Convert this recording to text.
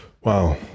Wow